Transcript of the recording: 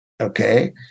Okay